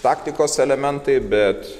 taktikos elementai bet